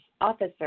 officer